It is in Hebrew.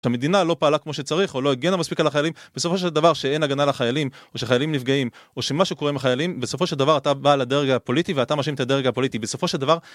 כשהמדינה לא פעלה כמו שצריך, או לא הגנה מספיק על החיילים, בסופו של דבר כשאין הגנה לחיילים, או שחיילים נפגעים, או שמשהו קורה עם החיילים, בסופו של דבר אתה בא לדרג הפוליטי, ואתה מאשים את הדרג הפוליטי. בסופו של דבר...